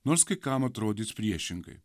nors kai kam atrodys priešingai